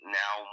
now